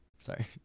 Sorry